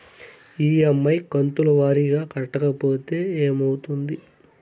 EMI కంతుల వారీగా కట్టకపోతే ఏమవుతుంది?